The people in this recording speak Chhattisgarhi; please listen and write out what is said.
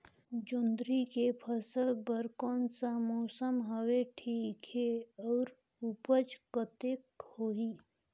जोंदरी के फसल बर कोन सा मौसम हवे ठीक हे अउर ऊपज कतेक होही?